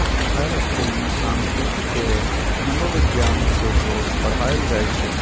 हर school में सांखियिकी के मनोविग्यान से जोड़ पढ़ायल जाई छई